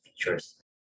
features